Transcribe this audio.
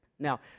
Now